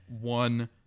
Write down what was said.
one